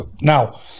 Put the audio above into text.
Now